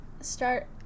start